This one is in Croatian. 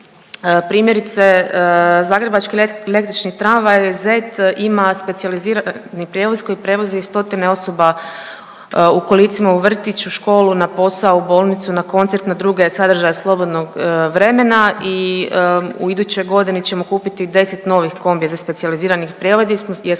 Primjerice Zagrebački električni tramvaj ZET ima specijalizirani prijevoz koji prevozi stotine osoba u kolicima u vrtić, u školu, na posao, u bolnicu, na koncert, na druge sadržaje slobodnog vremena. I u idućoj godini ćemo kupiti 10 novih kombija za specijalizirani prijevoz, jer